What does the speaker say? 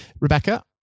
Rebecca